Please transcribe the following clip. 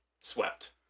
swept